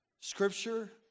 scripture